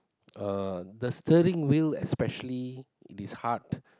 uh the steering wheel especially it is hard